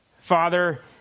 Father